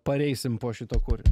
pareisim po šito kūrinio